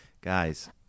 guys